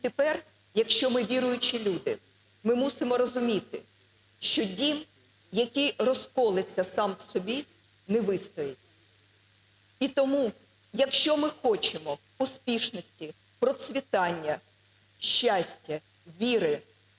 І тепер, якщо ми віруючі люди, ми мусимо розуміти, що дім, який розколеться сам по собі, не вистоїть. І тому, якщо ми хочемо успішності, процвітання, щастя, віри